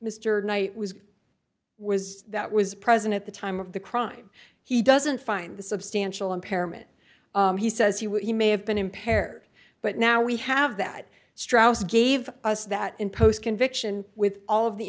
mr knight was was that was present at the time of the crime he doesn't find the substantial impairment he says he may have been impaired but now we have that strauss gave us that in post conviction with all of the